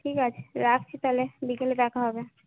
ঠিক আছে রাখছি তাহলে বিকেলে দেখা হবে